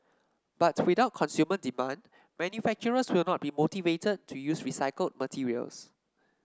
but without consumer demand manufacturers will not be motivated to use recycled materials